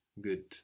Good